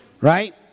Right